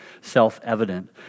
self-evident